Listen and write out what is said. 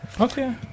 Okay